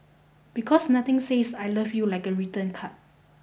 because nothing says I love you like a written card